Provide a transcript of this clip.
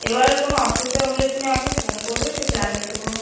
এবার কোনো অসুবিধা হলে তুমি আমাকে ফোন করবে সে জানিয়ে দেবো